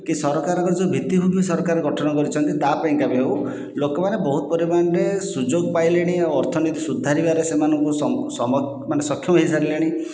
କି ସରକାରଙ୍କର ଯେଉଁ ଭିତ୍ତି ଭୁମି ସରକାର ଗଠନ କରିଛନ୍ତି ତା'ପାଇଁକା ବି ହେଉ ଲୋକମାନେ ବହୁତ ପରିମାଣରେ ସୁଯୋଗ ପାଇଲେଣି ଆଉ ଅର୍ଥନୀତି ସୁଧାରିବାରେ ମାନେ ସକ୍ଷମ ହୋଇସାରିଲେଣି